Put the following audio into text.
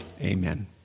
Amen